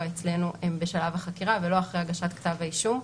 אצלנו הם בשלב החקירה ולא אחרי הגשת כתב האישום.